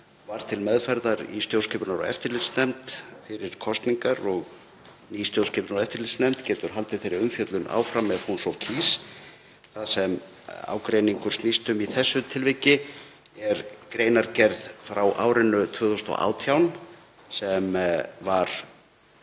var til meðferðar í stjórnskipunar- og eftirlitsnefnd fyrir kosningar og ný stjórnskipunar- og eftirlitsnefnd getur haldið þeirri umfjöllun áfram ef hún svo kýs. Það sem ágreiningur snýst um í þessu tilviki er greinargerð frá árinu 2018 sem var